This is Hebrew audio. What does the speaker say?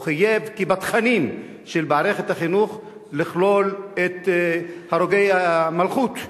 או חייב לכלול בתכנים של מערכת החינוך את הרוגי המלכות.